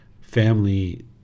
family